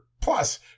plus